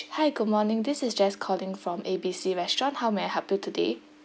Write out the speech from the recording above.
hi good morning this is jess calling from A B C restaurant how may I help you today